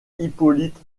hippolyte